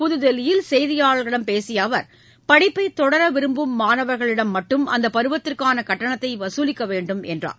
புதுதில்லியில் செய்தியாளர்களிடம் பேசியஅவர் படிப்பைத் தொடரவிரும்பும் மாணவர்களிடம் மட்டும் அந்தப் பருவத்திற்கானகட்டணத்தைவசூலிக்கவேண்டும் என்றார்